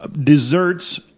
desserts